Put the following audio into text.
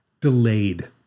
delayed